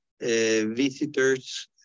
visitors